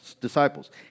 disciples